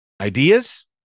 ideas